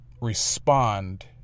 respond